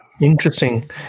interesting